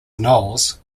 knowles